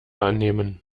annehmen